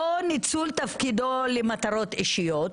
או ניצול תפקידו למטרות אישיות,